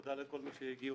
ותודה לכל מי שהגיע.